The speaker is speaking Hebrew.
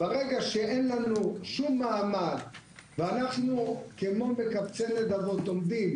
ברגע שאין לנו שום מעמד ואנחנו כמו מקבצי נדבות עומדים